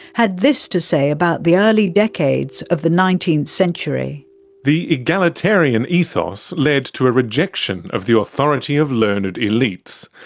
had this to say about the early decades of the nineteenth century the egalitarian ethos led to a rejection of the authority of learned elites.